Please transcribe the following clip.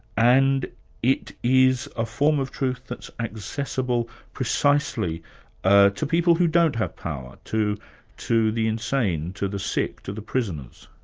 and it is a form of truth that's accessible precisely ah to people who don't have power, to to the insane, to the sick, to the prisoners.